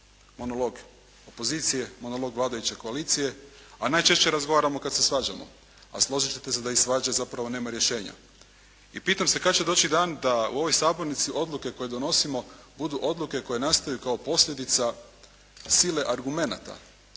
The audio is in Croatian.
monolog opozicije, monolog vladajuće koalicije, a najčešće razgovaramo kada se svađamo, a složiti će se da iz svađe zapravo nema rješenja. I pitam se kada će doći dan da u ovoj sabornici odluke koje donosimo budu odluke koje nastaju kao posljedica sile argumenata,